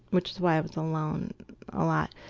which is why i was alone a lot.